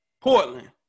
Portland